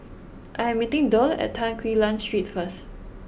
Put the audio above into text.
I am meeting Derl at Tan Quee Lan Street first